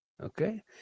Okay